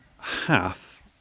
half